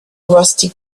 rusty